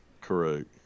correct